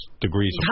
degrees